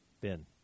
Ben